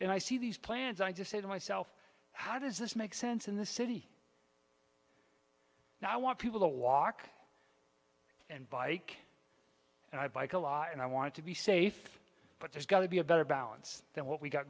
and i see these plans i just say to myself how does this make sense in the city now i want people to walk and bike and i bike a lot and i want to be safe but there's got to be a better balance than what we've got